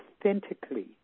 authentically